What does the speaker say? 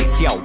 Yo